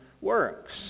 works